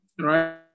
right